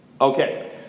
Okay